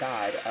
God